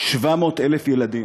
700,000 ילדים